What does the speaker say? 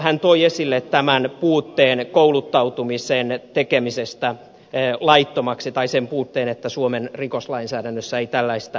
hän toi esille tämän puutteen kouluttautumisen tekemisestä laittomaksi tai sen puutteen että suomen rikoslainsäädännössä ei tällaista kohtaa ole